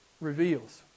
reveals